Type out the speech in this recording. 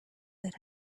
that